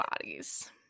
bodies